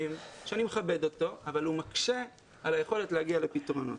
שאני מכבד אותו אבל הוא מקשה על היכולת להגיע לפתרונות.